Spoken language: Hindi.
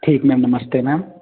ठीक मैम नमस्ते मैम